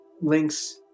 links –